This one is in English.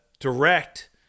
Direct